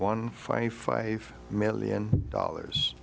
one five five million dollars